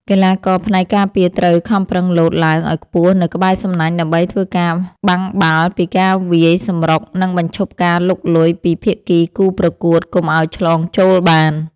កីឡាករផ្នែកការពារត្រូវខំប្រឹងលោតឡើងឱ្យខ្ពស់នៅក្បែរសំណាញ់ដើម្បីធ្វើការបាំងបាល់ពីការវាយសម្រុក និង បញ្ឈប់ការលុកលុយពីភាគីគូប្រកួតកុំឱ្យឆ្លងចូលបាន។